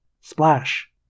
Splash